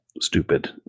stupid